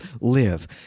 live